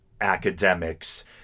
academics